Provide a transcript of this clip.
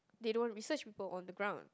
they don't research people on the ground